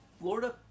Florida